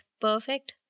perfect